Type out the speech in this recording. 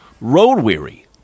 road-weary